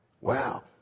wow